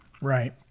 Right